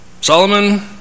Solomon